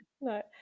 no